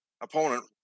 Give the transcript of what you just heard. opponent